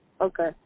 Okay